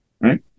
right